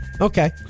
Okay